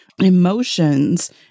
Emotions